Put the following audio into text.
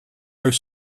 are